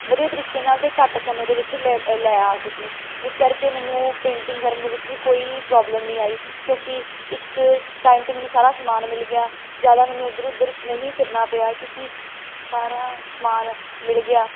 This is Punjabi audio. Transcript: ਵਧੀਆ ਤਰੀਕੇ ਨਾਲ ਅਤੇ ਘੱਟ ਸਮੇਂ ਦੇ ਵਿੱਚ ਲੈ ਲੈ ਆ ਸਕੀ ਜਿਸ ਕਰਕੇ ਮੈਨੂੰ ਪੇਂਟਿੰਗ ਕਰਨ ਦੇ ਵਿੱਚ ਵੀ ਕੋਈ ਪ੍ਰੋਬਲਮ ਨਹੀਂ ਆਈ ਕਿਉਂਕਿ ਇੱਕ ਟਾਈਮ 'ਤੇ ਮੈਨੂੰ ਸਾਰਾ ਸਮਾਨ ਮਿਲ ਗਿਆ ਜ਼ਿਆਦਾ ਮੈਨੂੰ ਇੱਧਰ ਉੱਧਰ ਨਹੀਂ ਫਿਰਨਾ ਪਿਆ ਕਿਉਂਕਿ ਸਾਰਾ ਸਮਾਨ ਮਿਲ ਗਿਆ